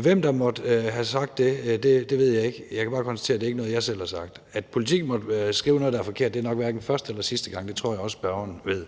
Hvem der måtte have sagt det, ved jeg ikke. Jeg kan bare konstatere, at det ikke er noget, jeg selv har sagt. At Politiken måtte skrive noget, der er forkert, er nok hverken første eller sidste gang. Det tror jeg også spørgeren ved.